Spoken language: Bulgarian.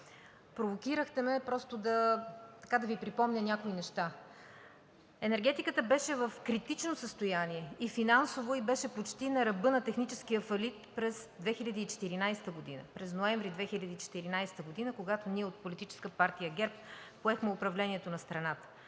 Провокирахте ме просто да Ви припомня някои неща: енергетиката беше в критично финансово състояние и беше почти на ръба на техническия фалит през месец ноември 2014 г., когато ние от Политическа партия ГЕРБ поехме управлението на страната.